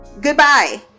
goodbye